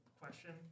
question